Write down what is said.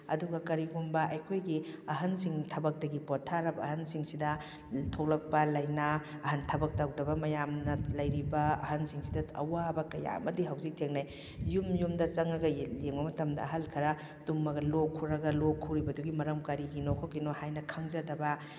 ꯑꯗꯨꯒ ꯀꯔꯤꯒꯨꯝꯕ ꯑꯩꯈꯣꯏꯒꯤ ꯑꯍꯟꯁꯤꯡ ꯊꯕꯛꯇꯒꯤ ꯄꯣꯊꯥꯔꯕ ꯑꯍꯟꯁꯤꯡꯁꯤꯗ ꯊꯣꯛꯂꯛꯄ ꯂꯥꯏꯅꯥ ꯑꯍꯟ ꯊꯕꯛ ꯇꯧꯗꯕ ꯃꯌꯥꯝꯅ ꯂꯩꯔꯤꯕ ꯑꯍꯟꯁꯤꯡꯁꯤꯗ ꯑꯋꯥꯕ ꯀꯌꯥ ꯑꯃꯗꯤ ꯍꯧꯖꯤꯛ ꯊꯦꯡꯅꯩ ꯌꯨꯝ ꯌꯨꯝꯗ ꯆꯪꯉꯒ ꯌꯦꯡꯕ ꯃꯇꯝꯗ ꯑꯍꯜ ꯈꯔ ꯇꯨꯝꯃꯒ ꯂꯣꯛ ꯈꯨꯔꯒ ꯂꯣꯛ ꯈꯨꯔꯤꯕꯗꯨꯒꯤ ꯃꯔꯝ ꯀꯔꯤꯒꯤꯅꯣ ꯈꯣꯠꯀꯤꯅꯣ ꯍꯥꯏꯅ ꯈꯪꯖꯗꯕ